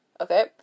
okay